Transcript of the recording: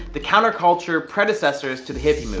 the counter-culture predecessors to the hippy